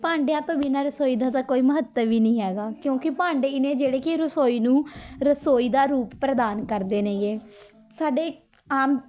ਭਾਂਡਿਆਂ ਤੋਂ ਬਿਨਾਂ ਰਸੋਈ ਦਾ ਤਾਂ ਕੋਈ ਮਹੱਤਵ ਹੀ ਨਹੀਂ ਹੈਗਾ ਕਿਉਂਕਿ ਭਾਂਡੇ ਹੀ ਨੇ ਜਿਹੜੇ ਕਿ ਰਸੋਈ ਨੂੰ ਰਸੋਈ ਦਾ ਰੂਪ ਪ੍ਰਦਾਨ ਕਰਦੇ ਨੇਗੇ ਸਾਡੇ ਆਮ